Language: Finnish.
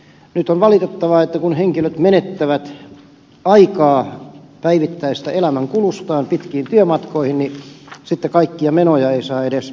nyt on valitettavaa että kun henkilöt menettävät aikaa päivittäisestä elämänkulustaan pitkiin työmatkoihin niin sitten kaikkia menoja ei saa edes verovähennykseksi